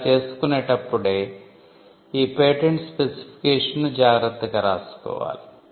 అలా చేసుకునేటప్పుడే ఈ పేటెంట్ స్పెసిఫికేషన్ ను జాగ్రత్తగా రాసుకోవాలి